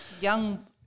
Young